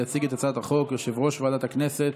יציג את הצעת החוק יושב-ראש ועדת הכנסת